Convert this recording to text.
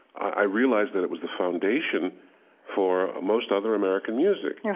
i realize that it was the foundation for most other american music.